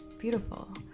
beautiful